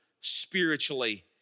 spiritually